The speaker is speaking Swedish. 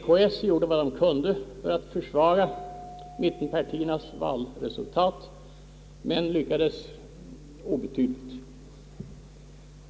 KDS gjorde vad den kunde för att försvaga mittenpartiernas valresultat men lyckades obetydligt.